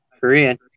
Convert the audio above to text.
Korean